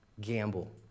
Gamble